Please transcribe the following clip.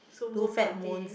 so moon party